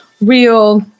real